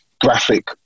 graphic